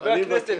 --- חבר הכנסת,